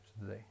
today